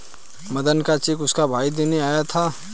मदन का चेक उसका भाई देने आया था